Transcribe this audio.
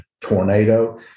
tornado